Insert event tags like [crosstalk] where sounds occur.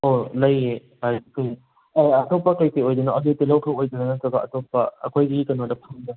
ꯑꯣ ꯂꯩꯌꯦ [unintelligible] ꯑꯣ ꯑꯇꯣꯞꯄ ꯀꯩꯀꯩ ꯑꯣꯏꯗꯣꯏꯅꯣ ꯑꯂꯨ ꯇꯤꯜꯍꯧ ꯈꯛ ꯑꯣꯏꯗꯣꯏꯔꯥ ꯅꯠꯇ꯭ꯔꯒ ꯑꯇꯣꯞꯄ ꯑꯩꯈꯣꯏꯒꯤ ꯀꯩꯅꯣꯗ ꯐꯪꯕ